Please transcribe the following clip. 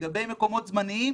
לגבי מקומות זמניים